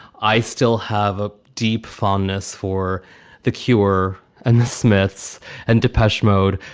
i still have a deep fondness for the cure and the smiths and depeche mode,